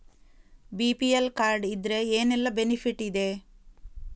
BPL card ಇದ್ರೆ ಏನೆಲ್ಲ benefit ಇದೆ?